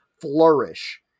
flourish